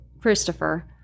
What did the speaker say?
Christopher